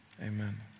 amen